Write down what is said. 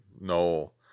noel